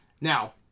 Now